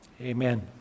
Amen